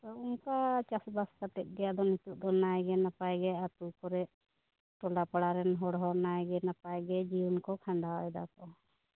ᱚᱱᱠᱟ ᱪᱟᱥᱵᱟᱥ ᱠᱟᱛᱮᱫ ᱜᱮ ᱟᱫᱚ ᱱᱤᱛᱚᱜ ᱫᱚ ᱱᱟᱭ ᱜᱮ ᱱᱟᱯᱟᱭ ᱜᱮ ᱟᱛᱳ ᱠᱚᱨᱮ ᱴᱚᱞᱟ ᱯᱟᱲᱟᱨᱮᱱ ᱦᱚᱲ ᱦᱚᱸ ᱱᱟᱭ ᱜᱮ ᱱᱟᱯᱟᱭ ᱜᱮ ᱡᱤᱭᱚᱱ ᱠᱚ ᱠᱷᱟᱸᱰᱟᱣᱮᱫᱟ ᱠᱚ